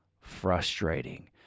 frustrating